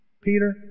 Peter